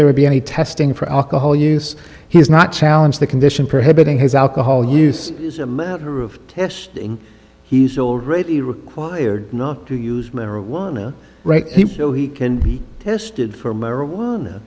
there would be any testing for alcohol use he has not challenge the condition for hitting his alcohol use as a matter of testing he's already required not to use marijuana right so he can be tested for marijuana